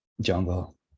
Jungle